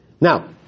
Now